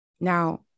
Now